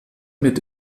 mit